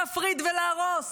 להפריד ולהרוס.